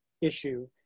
issue